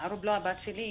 ערוב לא הבת שלי,